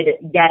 get